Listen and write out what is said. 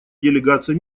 делегация